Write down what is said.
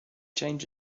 change